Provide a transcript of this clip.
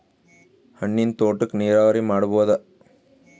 ಹಣ್ಣಿನ್ ತೋಟಕ್ಕ ನೀರಾವರಿ ಮಾಡಬೋದ?